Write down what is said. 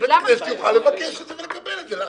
שבית כנסת יוכל לבקש את זה ולקבל את זה.